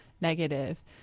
negative